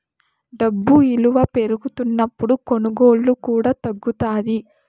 డబ్బు ఇలువ పెరుగుతున్నప్పుడు కొనుగోళ్ళు కూడా తగ్గుతాయి